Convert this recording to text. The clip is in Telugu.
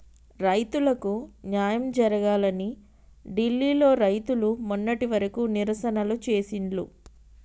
రైతులకు న్యాయం జరగాలని ఢిల్లీ లో రైతులు మొన్నటి వరకు నిరసనలు చేసిండ్లు